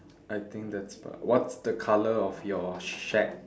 I think that's about what's the colour of your shack